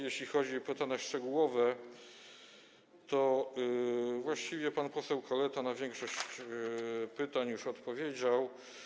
Jeśli chodzi o pytania szczegółowe, to właściwie pan poseł Kaleta na większość pytań już odpowiedział.